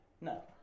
No